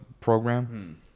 program